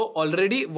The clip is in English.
already